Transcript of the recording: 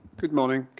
good morning.